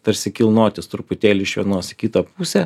tarsi kilnotis truputėlį iš vienos į kitą pusę